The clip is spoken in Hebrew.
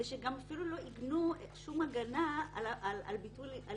ושגם אפילו לא הגנו שום הגנה על יחיד.